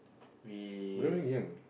we